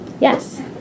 Yes